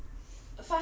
oh like